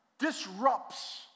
Disrupts